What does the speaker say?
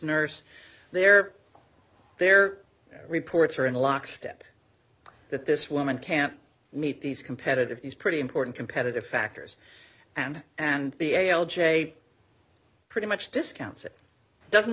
nurse there their reports are in lockstep that this woman can't meet these competitive these pretty important competitive factors and and be a l j pretty much discounts it doesn't